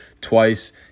Twice